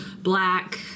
black